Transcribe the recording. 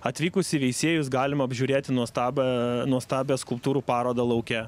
atvykus į veisiejus galima apžiūrėti nuostabią nuostabią skulptūrų parodą lauke